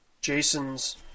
Jason's